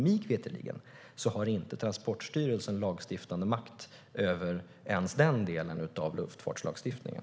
Mig veterligen har inte Transportstyrelsen lagstiftande makt ens över den delen av luftfartslagstiftningen.